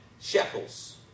shekels